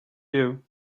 you